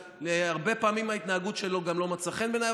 והרבה פעמים ההתנהגות שלו גם לא מצאה חן בעיניי,